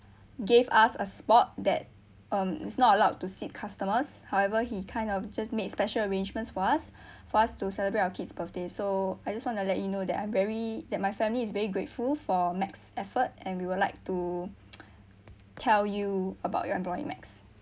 gave us a spot that um it's not allowed to sit customers however he kind of just made special arrangements for us for us to celebrate our kid's birthday so I just want to let you know that I'm very that my family is very grateful for max's effort and we would like to tell you about your employee max